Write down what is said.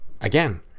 Again